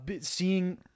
Seeing